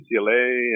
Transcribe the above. UCLA